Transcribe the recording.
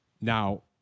Now